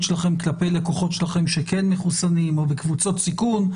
שלכם כלפי לקוחות שלכם שכן מחוסנים או בקבוצות סיכון.